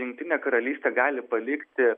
jungtinė karalystė gali palikti